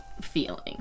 feeling